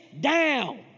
down